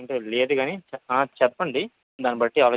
అంటే లేదు కానీ ఆ చెప్పండి దాన్ని బట్టి ఆలోచించుదాం